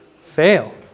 Fail